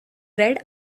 red